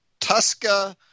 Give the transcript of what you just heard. Tusca